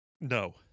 No